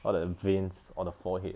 all that veins on the forehead